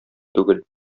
түгел